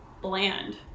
bland